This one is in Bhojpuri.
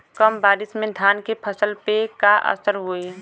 कम बारिश में धान के फसल पे का असर होई?